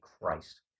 christ